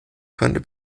konnte